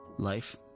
Life